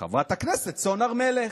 חברת הכנסת סון הר מלך.